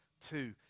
Two